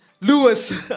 Lewis